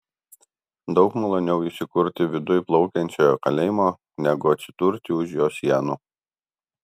daug maloniau įsikurti viduj plaukiančiojo kalėjimo negu atsidurti už jo sienų